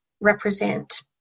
represent